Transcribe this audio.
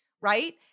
right